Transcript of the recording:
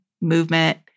movement